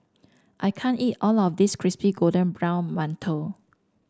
I can't eat all of this Crispy Golden Brown Mantou